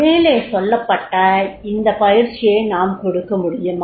மேலே சொல்லப்பட்ட இந்த பயிற்சியை நாம் கொடுக்க முடியுமா